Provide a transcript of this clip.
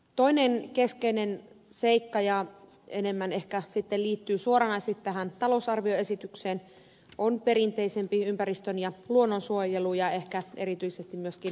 toinen keskeinen seikka joka enemmän ehkä sitten liittyy suoranaisesti tähän talousarvioesitykseen on perinteisempi ympäristön ja luonnonsuojelu ja ehkä erityisesti myöskin vesiensuojelu